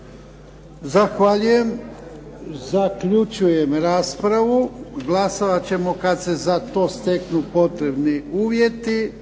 Zahvaljujem. Zaključujem raspravu. Glasovat ćemo kad se za to steknu potrebni uvjeti.